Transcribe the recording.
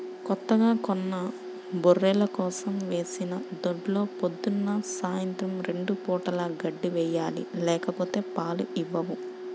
కొత్తగా కొన్న బర్రెల కోసం వేసిన దొడ్లో పొద్దున్న, సాయంత్రం రెండు పూటలా గడ్డి వేయాలి లేకపోతే పాలు ఇవ్వవు